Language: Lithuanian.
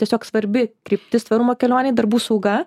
tiesiog svarbi kryptis tvarumo kelionėj darbų sauga